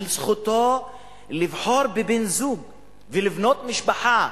של זכותו לבחור בבן-זוג ולבנות משפחה.